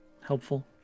helpful